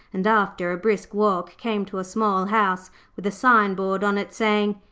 and, after a brisk walk, came to a small house with a signboard on it saying,